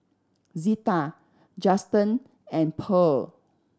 Zeta Justen and Pearl